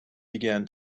began